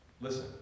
listen